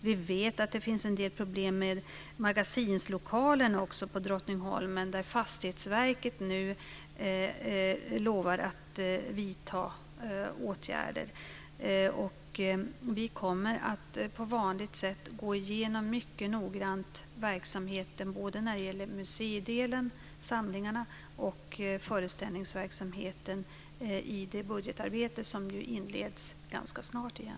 Vi vet att det finns en del problem med magasinlokalen också på Drottningholm, men där lovar nu Fastighetsverket att vidta åtgärder. Vi kommer att på vanligt sätt gå igenom verksamheten mycket noggrant, både samlingarna i museidelen och föreställningsverksamheten, i det budgetarbete som ju inleds ganska snart igen.